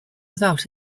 without